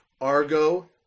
Argo